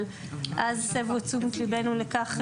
אבל אז הסבו את תשומת ליבנו לכך,